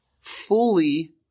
fully